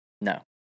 No